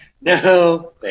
No